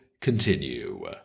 continue